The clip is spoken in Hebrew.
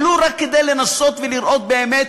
ולו רק כדי לנסות לראות באמת